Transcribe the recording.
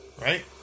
Right